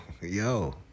yo